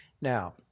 now